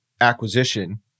acquisition